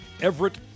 Everett